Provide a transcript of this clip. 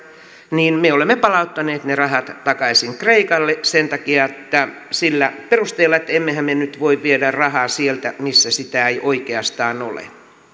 me olemme palauttaneet ne rahat takaisin kreikalle sen takia ja sillä perusteella että emmehän me me nyt voi viedä rahaa sieltä missä sitä ei oikeastaan ole